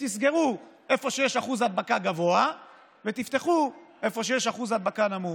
תסגרו איפה שיש אחוז הדבקה גבוה ותפתחו איפה שיש אחוז הדבקה נמוך.